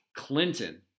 Clinton